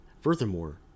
Furthermore